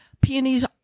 Peonies